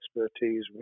expertise